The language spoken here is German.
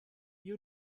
rio